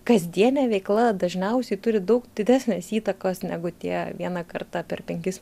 kasdienė veikla dažniausiai turi daug didesnės įtakos negu tie vieną kartą per penkis